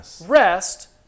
rest